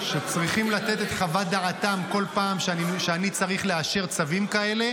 אתם --- שצריכים לתת את חוות דעתם בכל פעם שאני צריך לאשר צווים כאלה.